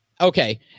Okay